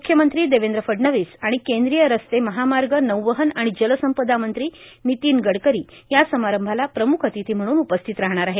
मुख्यमंत्री देवेंद्र फडणवीस आणि केंद्रीय रस्ते महामार्ग नौवहन आणि जलसंपदा मंत्री नितीन गडकरी या समारंभाला प्रमुख अतिथी म्हणून उपस्थित राहणार आहेत